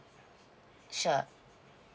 sure